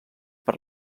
per